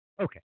Okay